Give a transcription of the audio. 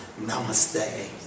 Namaste